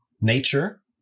nature